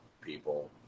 people